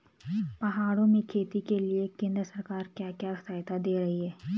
पहाड़ों में खेती के लिए केंद्र सरकार क्या क्या सहायता दें रही है?